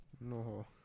No